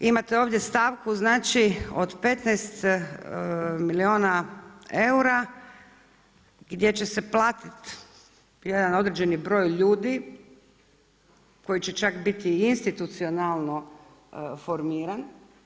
Imate ovdje stavku znači od 15 milijuna eura gdje će platiti jedan određeni broj ljudi koji će čak biti i institucionalno formiran.